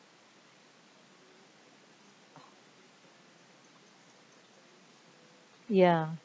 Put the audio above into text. ya